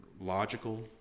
logical